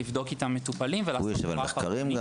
לבדוק את המטופלים -- הוא גם יושב על מחקרים.